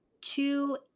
two